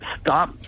stop